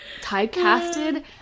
typecasted